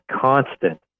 constant